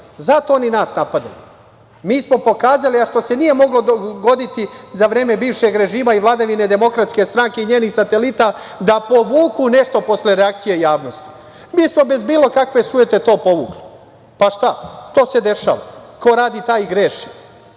Zato oni nas napadaju. Mi smo pokazali, a što se nije moglo dogoditi za vreme bivšeg režima i vladavine DS i njenih satelita, da povuku nešto posle reakcije javnosti. Mi smo bez bilo kakve sujete to povukli. Pa šta, to se dešava. Ko radi, taj i greši. Da